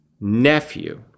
nephew